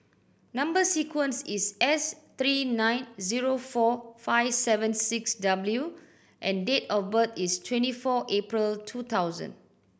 number sequence is S three nine zero four five seven six W and date of birth is twenty four April two thousand